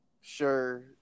sure